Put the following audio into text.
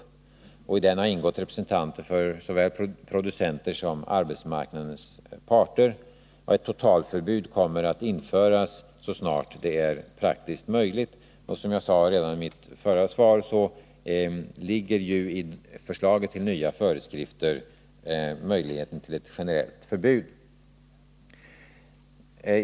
I den har ingått representanter för såväl producenter som arbetsmarknadens parter. Ett totalförbud kommer att införas så snart det är praktiskt möjligt. Som jag sade redan i mitt förra inlägg rymmer ju förslaget om nya föreskrifter möjligheten till ett generellt förbud.